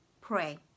pray